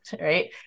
right